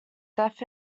death